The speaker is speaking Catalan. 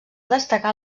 destacar